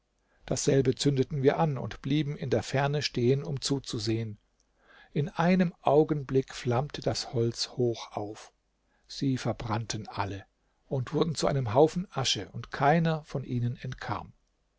dasselbe zündeten wir an und blieben in der ferne stehen um zuzusehen in einem augenblick flammte das holz hoch auf sie verbrannten alle und wurden zu einem haufen asche und keiner von ihnen entkam